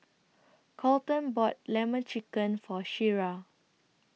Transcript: Colten bought Lemon Chicken For Shira